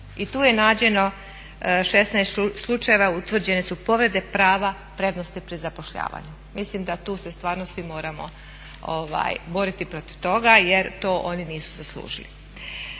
i tu je nađeno 16 slučajeva utvrđene su povrede prava prednosti pri zapošljavanju. Mislim da tu se stvarno svi moramo boriti protiv toga jer to oni nisu zaslužili.